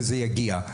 וזה יגיע.